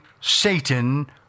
Satan